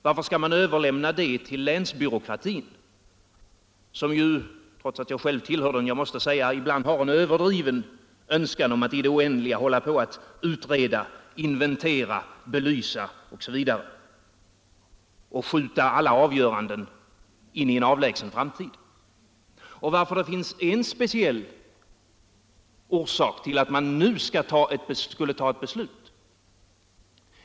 Varför skall man överlämna den saken till länsbyråkratin, som — det måste jag säga trots att jag själv tillhör den — ibland har en överdriven önskan att i det oändliga utreda, inventera, belysa osv. och skjuta alla avgöranden på en avlägsen framtid? Det finns dessutom ett speciellt skäl till att nu fatta ett beslut.